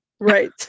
Right